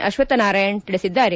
ಅಶ್ವಥ ನಾರಾಯಣ ತಿಳಿಸಿದ್ದಾರೆ